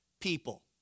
people